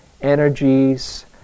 energies